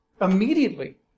Immediately